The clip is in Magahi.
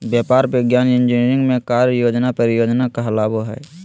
व्यापार, विज्ञान, इंजीनियरिंग में कार्य योजना परियोजना कहलाबो हइ